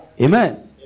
Amen